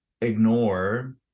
ignore